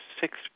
six